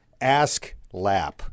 AskLap